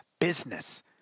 Business